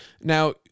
Now